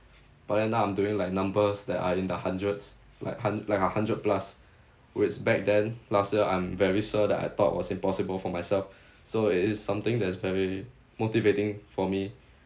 but then now I'm doing like numbers that are in the hundreds like hun~ like a hundred plus which back then last year I'm very sure that I thought was impossible for myself so it is something that is very motivating for me